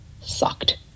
sucked